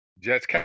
Jets